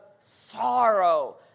sorrow